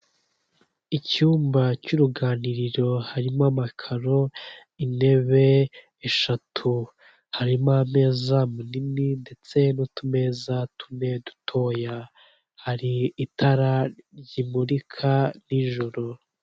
Icyumba cy'uruganiriro harimo amakaro intebe eshatu harimo ameza manini ndetse n'utumeza tune dutoya hari itara rimurika nijoro .